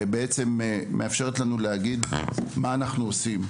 שמאפשרת לנו להגיד מה אנחנו עושים.